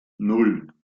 nan